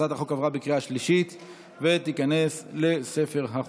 הצעת החוק עברה בקריאה שלישית ותיכנס לספר החוקים.